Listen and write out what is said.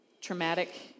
traumatic